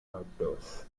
outdoors